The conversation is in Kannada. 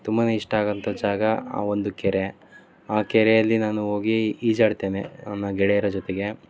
ತುಂಬ ಇಷ್ಟ ಆಗುವಂತ ಜಾಗ ಆ ಒಂದು ಕೆರೆ ಆ ಕೆರೆಯಲ್ಲಿ ನಾನು ಹೋಗಿ ಈಜಾಡ್ತೇನೆ ನನ್ನ ಗೆಳೆಯರ ಜೊತೆಗೆ